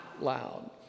loud